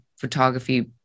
photography